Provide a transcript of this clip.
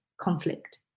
conflict